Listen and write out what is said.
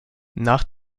nach